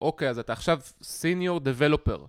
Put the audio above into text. אוקיי, אז אתה עכשיו סיניור דבלופר